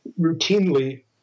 routinely